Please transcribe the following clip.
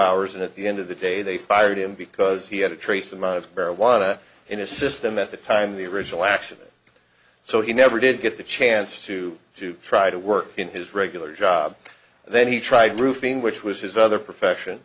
hours and at the end of the day they fired him because he had a trace amount of marijuana in his system at the time the original accident so he never did get the chance to to try to work in his regular job then he tried roofing which was his other profession